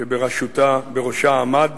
שבראשה עמד.